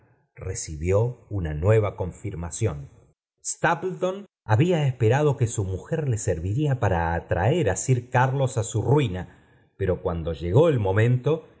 recibió una tuinvu coniirrnación stapleton había esperado que su mujer le herviría para atraer á sir darlon á su ruina p it cuando llegó el momenh